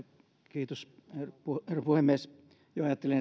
kiitos herra puhemies ajattelin